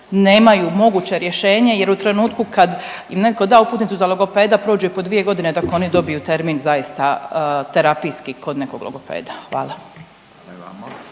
nemaju moguće rješenje jer u trenutku kad im netko da uputnicu za logopeda prođu i po dvije godine dok oni dobiju termin zaista terapijski kod nekog logopeda? Hvala.